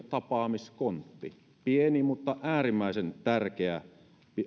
tapaamiskontti pieni mutta äärimmäisen tärkeä